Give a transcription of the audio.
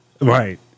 right